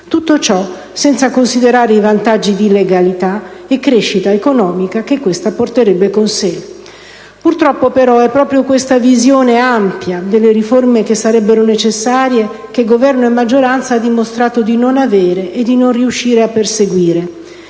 Tutto ciò senza considerare i vantaggi di legalità e crescita economica che questa porterebbe con sé. Purtroppo però è proprio questa visione delle riforme che sarebbero necessarie che Governo e maggioranza hanno dimostrato di non avere e di non riuscire a perseguire.